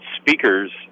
speakers